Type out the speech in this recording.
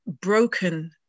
broken